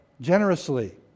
generously